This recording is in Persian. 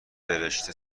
برشته